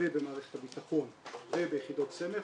ובמערכת הביטחון וביחידות סמך,